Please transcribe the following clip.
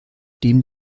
dem